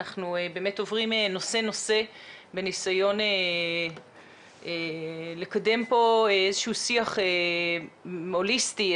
אנחנו עוברים נושא-נושא בניסיון לקדם פה איזשהו שיח הוליסטי,